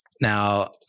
Now